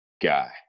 guy